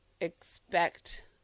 expect